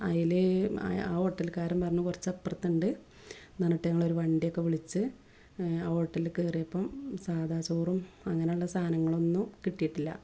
അതിൽ ആ ഹോട്ടൽക്കാരൻ പറഞ്ഞു കുറച്ച് അപ്പുറത്തുണ്ട് എന്നു പറഞ്ഞിട്ട് പിന്നെ ഞങ്ങൾ ഒരു വണ്ടിയൊക്കെ വിളിച്ച് ഹോട്ടൽ കയറിയപ്പം സാധാ ചോറും അങ്ങനെയുള്ള സാധനങ്ങൾ ഒന്നും കിട്ടിയിട്ടില്ല